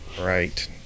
right